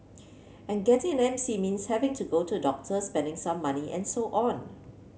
and getting an M C means having to go to the doctor spending some money and so on